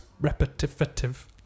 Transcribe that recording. repetitive